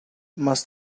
must